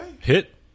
Hit